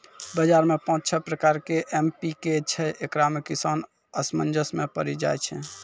बाजार मे पाँच छह प्रकार के एम.पी.के छैय, इकरो मे किसान असमंजस मे पड़ी जाय छैय?